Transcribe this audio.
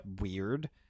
weird